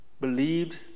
believed